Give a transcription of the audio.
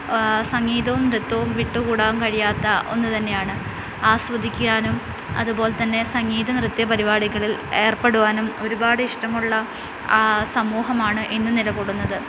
സംഗീതവും നൃത്തവും വിട്ടുകൂടാൻ കഴിയാത്ത ഒന്ന് തന്നെയാണ് ആസ്വദിക്കാനും അതുപോലെതന്നെ സംഗീത നൃത്ത്യ പരിപാടികളിൽ ഏർപ്പെടുവാനും ഒരുപാട് ഇഷ്ടമുള്ള സമൂഹമാണ് ഇന്ന് നിലകൊള്ളുന്നത്